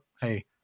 hey